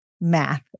math